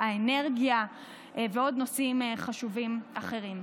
האנרגיה ועוד נושאים חשובים אחרים.